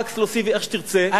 אַקסקלוסיבי, איך שתרצה.